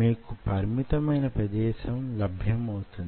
మీకు పరిమితమైన ప్రదేశం లభ్యమౌతుంది